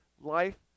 life